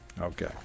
Okay